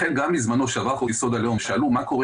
גם כשעבר פה חוק יסוד: הלאום שאלו מה קורה